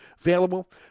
available